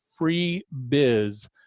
FREEBIZ